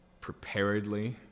preparedly